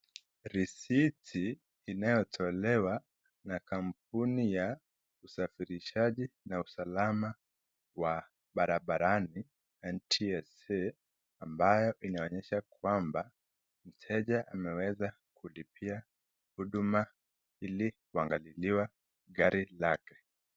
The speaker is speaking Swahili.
Risiti inayotolewa na kampuni ya usafirishaji na usalama wa barabara NTSA ambayo inaonyesha kwamba mteja ameweza kulipia huduma ili kuangaliliwa gari lake.